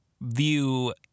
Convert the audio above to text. view